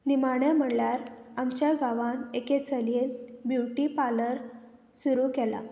निमाणें म्हणल्यार आमच्या गांवांत एके चलयेंत ब्युटी पार्लर सुरू केला